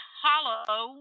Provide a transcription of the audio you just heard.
hollow